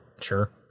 Sure